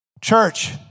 Church